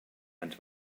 ens